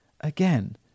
again